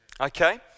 Okay